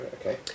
Okay